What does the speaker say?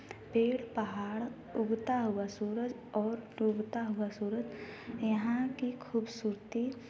पेड़ पहाड़ उगता हुआ सूरज और डूबता हुआ सूरज यहाँ की खुबसूरती